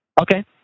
Okay